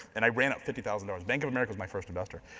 and i ran up fifty thousand dollars. bank of america's my first investor.